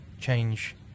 change